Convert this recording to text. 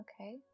Okay